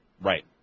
Right